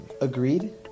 Agreed